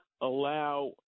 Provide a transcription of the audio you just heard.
allow